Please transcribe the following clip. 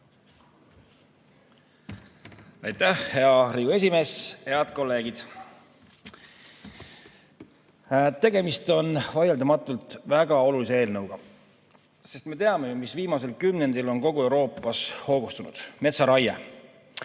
Aitäh, hea Riigikogu esimees! Head kolleegid! Tegemist on vaieldamatult väga olulise eelnõuga. Me teame ju, mis viimasel kümnendil on kogu Euroopas hoogustunud: metsaraie.